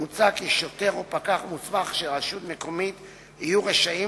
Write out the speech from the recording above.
מוצע כי שוטר או פקח מוסמך של רשות מקומית יהיו רשאים